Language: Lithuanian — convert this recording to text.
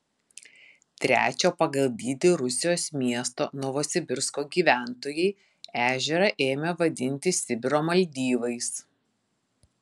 trečio pagal dydį rusijos miesto novosibirsko gyventojai ežerą ėmė vadinti sibiro maldyvais